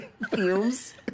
Fumes